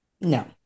No